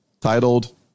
titled